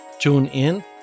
TuneIn